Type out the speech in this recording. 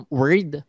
word